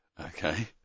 okay